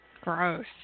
Gross